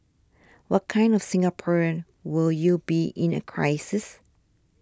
what kind of Singaporean will you be in a crisis